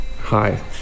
hi